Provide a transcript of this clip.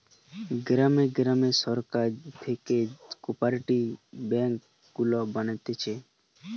গ্রামে গ্রামে সরকার থিকে কোপরেটিভ বেঙ্ক গুলা বানাচ্ছে